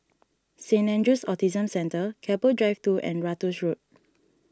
Saint andrew's Autism Centre Keppel Drive two and Ratus Road